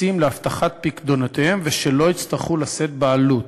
ישים להבטחת פיקדונותיהם, ושלא יצטרכו לשאת בעלות.